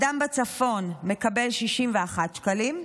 אדם בצפון מקבל 61 שקלים,